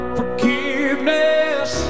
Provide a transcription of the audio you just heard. forgiveness